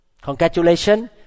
Congratulations